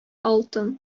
алтын